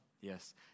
Yes